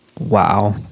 Wow